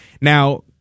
Now